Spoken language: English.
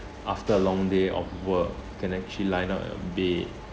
after a long day of work can actually lie down in your bed